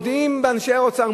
מודיעים אנשי האוצר,